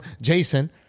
Jason